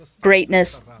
greatness